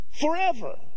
forever